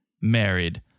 married